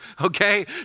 okay